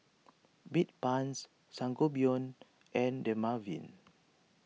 Bedpans Sangobion and Dermaveen